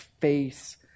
face